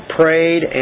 prayed